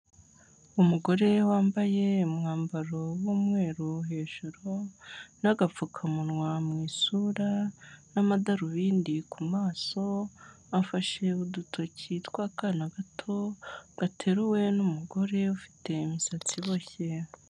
Umugore wambaye umwambaro w'umweru hejuru n'agapfukamunwa mu isura n'amadarubindi ku maso, afashe udutoki tw'akana gato gateruwe n'umugore ufite imisatsi iboshye.